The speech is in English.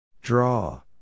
Draw